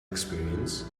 experience